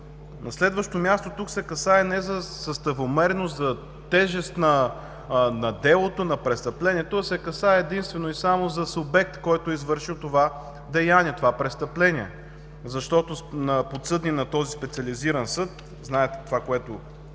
На следващо място, тук се касае не за съставомерност, за тежест на делото, на престъплението, а се касае единствено и само за субект, който е извършил това деяние, това престъпление. Защото подсъдни на този Специализиран съд, знаете това, което